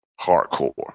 Hardcore